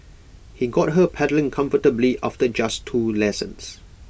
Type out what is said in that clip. he got her pedalling comfortably after just two lessons